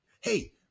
Hey